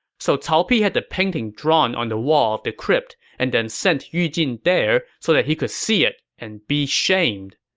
so cao pi had the painting drawn on the wall of the crypt and sent yu jin there so that he could see it and be shamed.